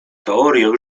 teorię